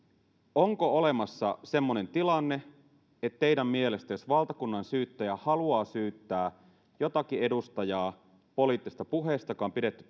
onko olemassa semmoinen tilanne että teidän mielestänne jos valtakunnansyyttäjä haluaa syyttää jotakin edustajaa poliittisesta puheesta joka on pidetty